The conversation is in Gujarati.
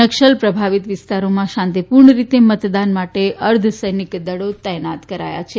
નકસલ પ્રભાવિત વિસ્તારોમાં શાંતિપૂર્ણ રીતે મતદાન માટે અર્ધસૈનિક દળો તૈનાત કરાયા છે